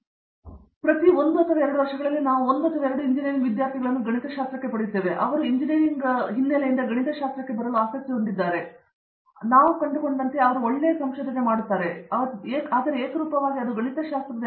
ಅರಂದಾಮ ಸಿಂಗ್ ಪ್ರತಿ ಒಂದು ಅಥವಾ ಎರಡು ವರ್ಷಗಳಲ್ಲಿ ನಾವು ಒಂದು ಅಥವಾ ಎರಡು ಎಂಜಿನಿಯರಿಂಗ್ ವಿದ್ಯಾರ್ಥಿಗಳನ್ನು ಪಡೆಯುತ್ತೇವೆ ಅವರು ಗಣಿತಕ್ಕೆ ಬರಲು ಆಸಕ್ತಿ ಹೊಂದಿದ್ದಾರೆ ಮತ್ತು ನಾವು ಕಂಡುಕೊಂಡ ನಂತರ ಒಳ್ಳೆಯ ಸಂಶೋಧನೆ ಮಾಡುತ್ತಾರೆ ಆದರೆ ಏಕರೂಪವಾಗಿ ಅದು ಗಣಿತಶಾಸ್ತ್ರದ ಎಂ